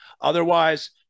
Otherwise